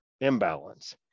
imbalance